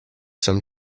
some